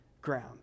ground